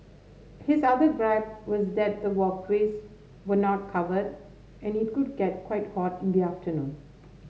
his other gripe was that the walkways were not covered and it could get quite hot in the afternoon